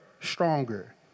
stronger